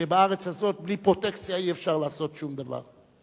שבארץ הזאת בלי פרוטקציה אי-אפשר לעשות שום דבר,